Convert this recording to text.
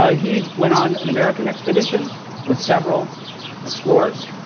ah he went on an american expedition with several explorers.